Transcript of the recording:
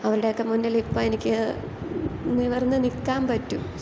അവരുടെയൊക്കെ മുന്നിൽ ഇപ്പോൾ എനിക്ക് നിവർന്ന് നിൽക്കാൻ പറ്റും